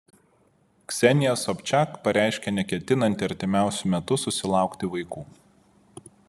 ksenija sobčiak pareiškė neketinanti artimiausiu metu susilaukti vaikų